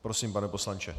Prosím, pane poslanče.